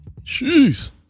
Jeez